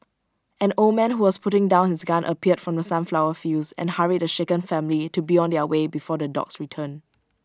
an old man who was putting down his gun appeared from the sunflower fields and hurried the shaken family to be on their way before the dogs return